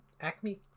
Acme